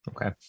Okay